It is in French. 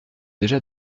déjà